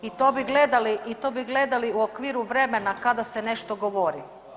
I to bi gledali u okviru vremena kada se nešto govori.